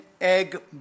Egg